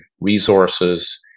resources